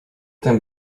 ten